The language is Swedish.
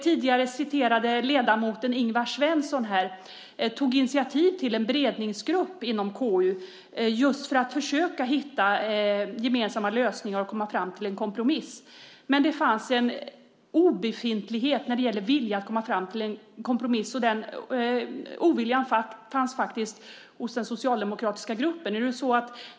Tidigare citerade ledamoten Ingvar Svensson tog initiativ till en beredningsgrupp inom KU just för att man skulle försöka hitta gemensamma lösningar och komma fram till en kompromiss. Men det fanns en obefintlig vilja att komma fram till en kompromiss. Och den oviljan fanns faktiskt hos den socialdemokratiska gruppen.